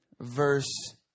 verse